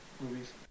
movies